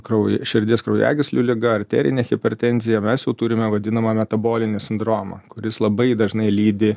kraujo širdies kraujagyslių liga arterine hipertenzija mes jau turime vadinamą metabolinį sindromą kuris labai dažnai lydi